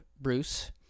bruce